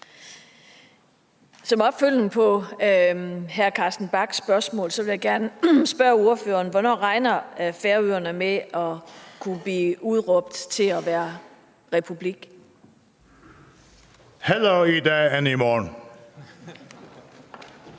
Som opfølgning på hr. Carsten Bachs spørgsmål vil jeg gerne spørge ordføreren: Hvornår regner Færøerne med at kunne blive udråbt til at være republik? Kl. 21:00 Tredje